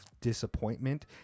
disappointment